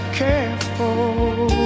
careful